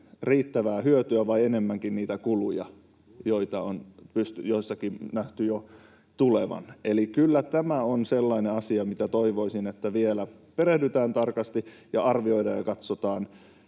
riittävää hyötyä vai enemmänkin niitä kuluja, joita on joissakin maissa nähty jo tulevan. Eli kyllä tämä on sellainen asia, mihin toivoisin, että vielä perehdytään tarkasti ja arvioidaan ja katsotaan.